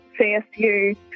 CSU